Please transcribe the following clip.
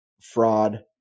fraud